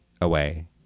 Away